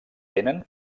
tenen